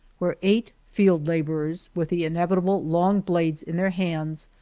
where eight field-laborers, with the inevitable long blades in their hands,